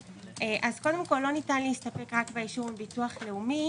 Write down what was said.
קודם כל, לא ניתן להסתפק רק באישור ביטוח הלאומי.